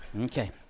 Okay